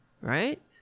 right